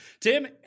Tim